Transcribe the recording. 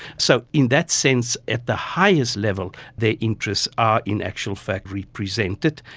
so in that sense, at the highest level their interests are in actual fact represented,